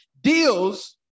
deals